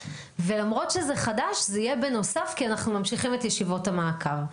ולמרות שזה חדש זה יהיה בנוסף כי אנחנו ממשיכים את ישיבות המעקב.